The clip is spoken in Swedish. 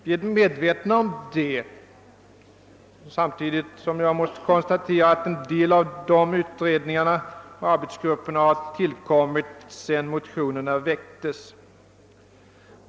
Vi är medvetna om det — samtidigt som jag måste konstatera att en del av de utredningarna och arbetsgrupperna har tillkommit sedan motionerna väcktes.